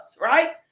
right